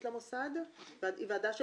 החיצונית למוסד ועכשיו